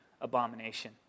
abomination